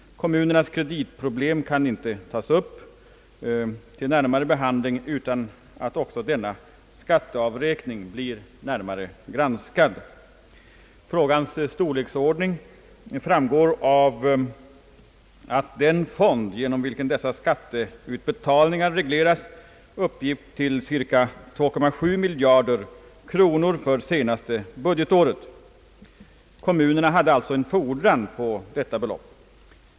Kommunernas kreditproblem kan inte tas upp till närmare behandling utan att också denna skatteavräkning blir närmare granskad. Frågans storleksordning framgår av att den fond genom vilken dessa skatteutbetalningar regleras uppgick till cirka 2,7 miljarder kronor för det senaste budgetåret. Kommunerna hade alltså en fordran på detta belopp.